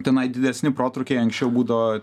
tenai didesni protrūkiai anksčiau būdavo